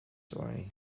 story